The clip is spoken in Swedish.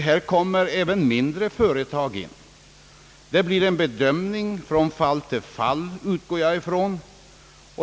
Här kommer även mindre företag in. Det blir en bedömning från fall till fall — det utgår jag ifrån.